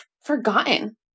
forgotten